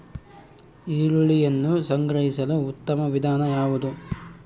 ಈರುಳ್ಳಿಯನ್ನು ಸಂಗ್ರಹಿಸಲು ಉತ್ತಮ ವಿಧಾನ ಯಾವುದು?